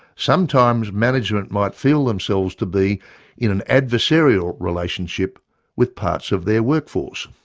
sometimes management might feel themselves to be in an adversarial relationship with parts of their workforce.